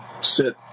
sit